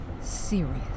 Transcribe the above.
serious